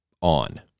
on